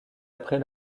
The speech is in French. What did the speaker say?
après